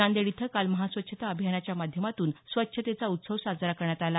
नांदेड इथं काल महास्वच्छता अभियानाच्या माध्यमातून स्वच्छतेचा उत्सव साजरा करण्यात आला